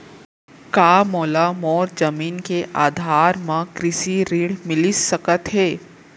का मोला मोर जमीन के आधार म कृषि ऋण मिलिस सकत हे?